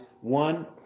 one